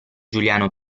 giuliano